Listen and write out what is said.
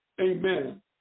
Amen